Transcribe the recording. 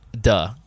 Duh